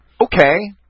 Okay